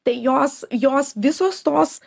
tai jos jos visos tos